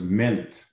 meant